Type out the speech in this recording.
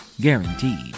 Guaranteed